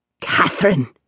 Catherine